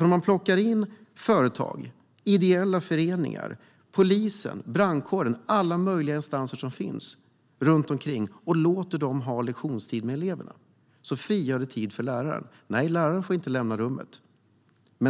Om man plockar in företag, ideella föreningar, polisen, brandkåren och alla möjliga instanser som finns runt omkring och låter dem ha lektionstid med eleverna frigör det tid för läraren. Nej, läraren får inte lämna rummet.